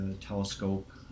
telescope